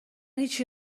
هیچی